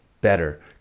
better